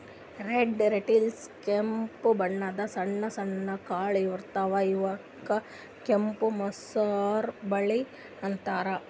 red lentils ಕೆಂಪ್ ಬಣ್ಣದ್ ಸಣ್ಣ ಸಣ್ಣು ಕಾಳ್ ಇರ್ತವ್ ಇವಕ್ಕ್ ಕೆಂಪ್ ಮಸೂರ್ ಬ್ಯಾಳಿ ಅಂತಾರ್